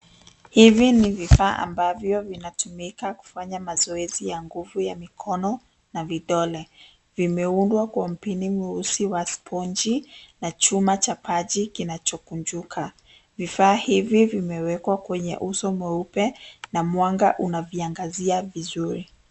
Hivi ni vifaa ambavyo vinatumika kufanya mazoezi ya nguvu ya mkono na vidole. vimeundwa kwa mbini mweusi wa sponji na chuma cha pachi kinachokunjuka. Vifaa hivyo vimewekwa kwenye uso mweupe na Mwanga unaviangazia vizuri.